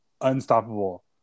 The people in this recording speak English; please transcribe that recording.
unstoppable